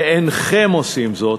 ואינכם עושים זאת,